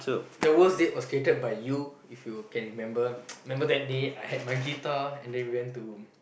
the worst date was created by you if you can remember remember that day I had my guitar and then we went to